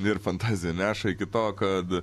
ir fantazija neša iki to kad